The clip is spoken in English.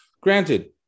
Granted